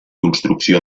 construcció